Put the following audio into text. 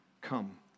come